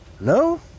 No